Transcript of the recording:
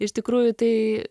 iš tikrųjų tai